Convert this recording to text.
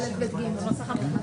לא.